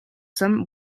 some